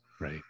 right